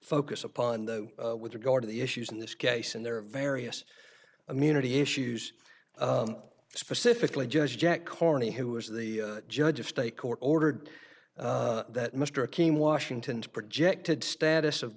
focus upon though with regard to the issues in this case and there are various immunity issues specifically judge jack corney who was the judge of state court ordered that mr keene washington's projected status of